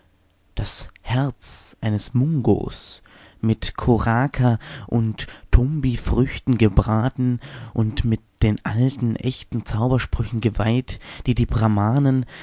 das herz eines mungos mit koraka und tumbifrüchten gebraten und mit den alten echten zaubersprüchen geweiht die die brahmanen